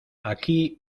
aquí